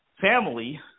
family